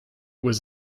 was